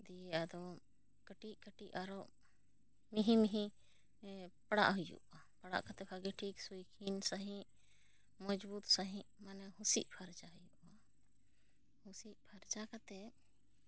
ᱫᱤ ᱟᱫᱚ ᱠᱟᱹᱴᱤᱡ ᱠᱟᱹᱴᱤᱡ ᱟᱨᱚ ᱢᱤᱦᱤ ᱢᱤᱦᱤ ᱯᱟᱲᱟᱜ ᱦᱩᱭᱩᱜᱼᱟ ᱯᱟᱲᱟᱜ ᱠᱟᱛᱮ ᱠᱟᱜᱮ ᱴᱷᱤᱠ ᱥᱩᱣᱠᱷᱤᱱ ᱥᱟᱺᱦᱤᱡ ᱢᱟᱹᱡᱽᱵᱩᱛ ᱥᱟ ᱦᱤᱡ ᱢᱟᱱᱮ ᱦᱩᱸᱥᱤᱜ ᱯᱷᱟᱨᱪᱟ ᱦᱩᱭᱩᱜᱼᱟ ᱦᱩᱸᱥᱤᱜ ᱯᱷᱟᱨᱪᱟ ᱠᱟᱛᱮ